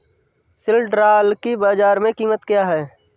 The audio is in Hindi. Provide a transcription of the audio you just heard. सिल्ड्राल की बाजार में कीमत क्या है?